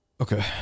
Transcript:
Okay